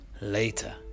Later